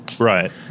Right